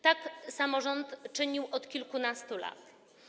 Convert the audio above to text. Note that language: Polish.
Tak samorząd czynił od kilkunastu lat.